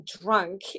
drunk